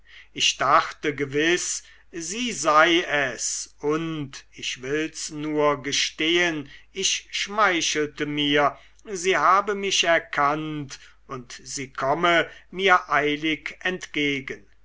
ich dachte gewiß sie sei es und ich will's nur gestehen ich schmeichelte mir sie habe mich erkannt und sie komme mir eilig entgegen